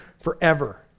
forever